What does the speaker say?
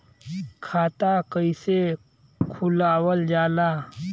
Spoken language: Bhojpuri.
खाता कइसे खुलावल जाला?